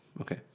okay